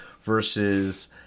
versus